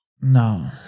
No